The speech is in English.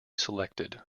selected